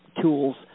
tools